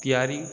ତିଆରି